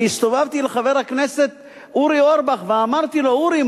הסתובבתי לחבר הכנסת אורי אורבך ואמרתי לו: אורי,